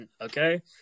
Okay